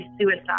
suicide